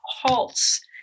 halts